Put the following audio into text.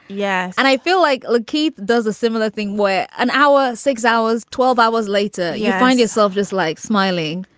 yeah. and i feel like like keith does a similar thing where an hour. six hours twelve hours later you find yourself just like smiling.